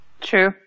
True